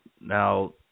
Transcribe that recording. now